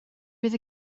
bydd